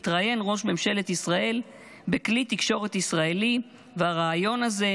התראיין ראש ממשלת ישראל בכלי תקשורת ישראלי והריאיון הזה,